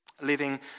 living